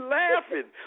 laughing